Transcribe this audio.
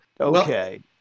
Okay